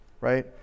right